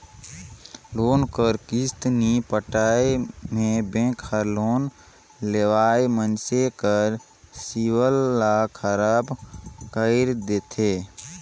loan कर किस्ती नी पटाए में बेंक हर लोन लेवइया मइनसे कर सिविल ल खराब कइर देथे